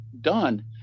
done